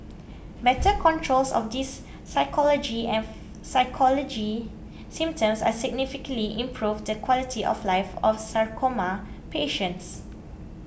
better controls of these physiology and psychology symptoms can significantly improve the quality of life of sarcoma patients